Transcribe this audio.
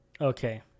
Okay